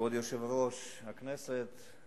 כבוד יושב-ראש הכנסת,